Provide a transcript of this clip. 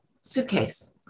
Suitcase